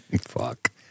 Fuck